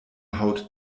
haut